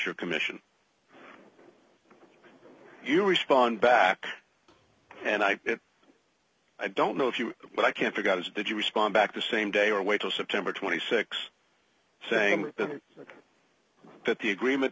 should commission you respond back and i i don't know if you but i can't figure out is it that you respond back the same day or wait till september twenty six saying that the agreement